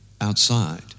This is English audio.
outside